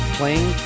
playing